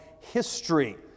history